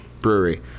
Brewery